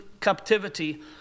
captivity